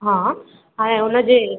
हा ऐं उन जे